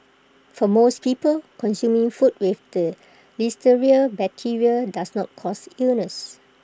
for most people consuming food with the listeria bacteria does not cause illness